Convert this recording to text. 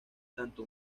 tanto